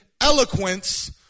eloquence